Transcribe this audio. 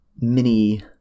mini